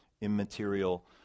immaterial